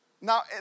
Now